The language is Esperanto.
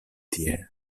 tie